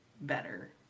better